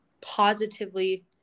positively